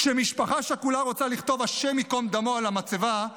כשמשפחה שכולה רוצה לכתוב השם יקום דמו על המצבה,